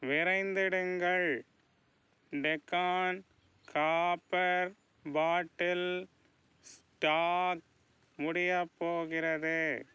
விரைந்திடுங்கள் Deccan copper bottle stock முடியப் போகிறது